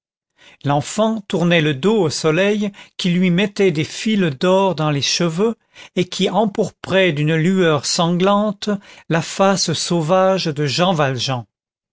l'enfant tournait le dos au soleil qui lui mettait des fils d'or dans les cheveux et qui empourprait d'une lueur sanglante la face sauvage de jean valjean